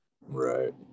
Right